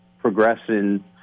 progressing